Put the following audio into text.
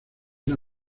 una